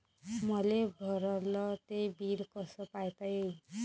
मले भरल ते बिल कस पायता येईन?